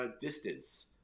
Distance